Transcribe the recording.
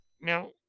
Now